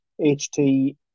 HT